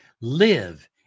Live